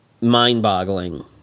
mind-boggling